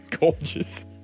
Gorgeous